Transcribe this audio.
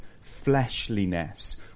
fleshliness